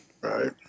Right